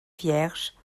vierges